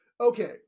okay